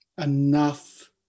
enough